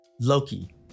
Loki